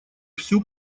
всю